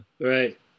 right